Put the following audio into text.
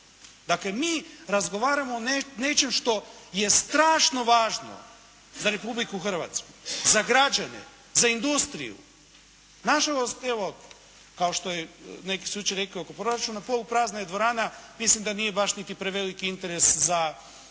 Dakle, mi razgovaramo o nečem što je strašno važno za Republiku Hrvatsku, za građane, za industriju. Nažalost, evo, kao što je i neki su jučer rekli oko proračuna, poluprazna je dvorana. Mislim da nije baš niti prevelik interes za raspravu